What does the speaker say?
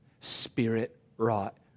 spirit-wrought